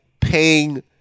paying